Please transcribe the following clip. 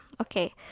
okay